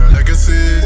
Legacy